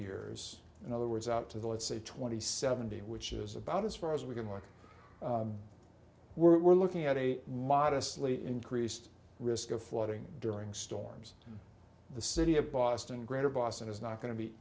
years in other words up to the let's say twenty seventy which is about as far as we can work we're looking at a modestly increased risk of flooding during storms the city of boston greater boston is not going to be